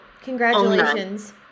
Congratulations